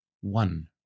one